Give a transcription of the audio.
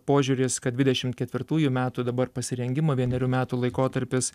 požiūris kad dvidešim ketvirtųjų metų dabar pasirengimo vienerių metų laikotarpis